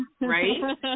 right